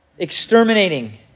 exterminating